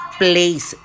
place